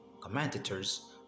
commentators